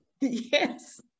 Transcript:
yes